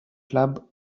club